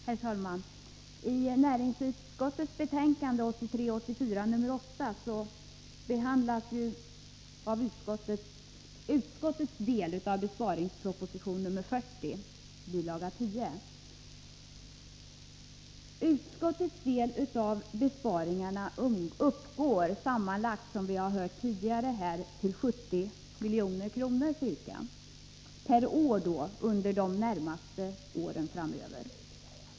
Herr talman! I näringsutskottets betänkande 1983/84:8 behandlas den del av besparingsproposition 40, bilaga 10, som berör utskottet. Utskottets andel av besparingarna uppgår — som vi har hört tidigare här — till sammanlagt ca 70 milj.kr. per år under de närmaste åren.